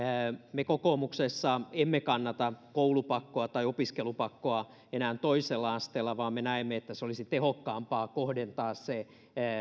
me kokoomuksessa emme kannata koulupakkoa tai opiskelupakkoa enää toisella asteella vaan me näemme että olisi tehokkaampaa kohdentaa se